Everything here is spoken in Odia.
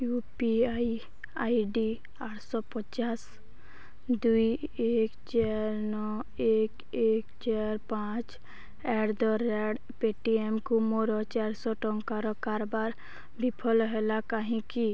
you P I I D ଆଠଶହ ପଚାଶ ଦୁଇ ଏକ ଚାରି ନଅ ଏକ ଏକ ଚାରି ପାଞ୍ଚ ଆଟ୍ ଦ ରେଟ୍ ପେଟିଏମ୍କୁ ମୋର ଚାରିଶହ ଟଙ୍କାର କାରବାର ବିଫଳ ହେଲା କାହିଁକି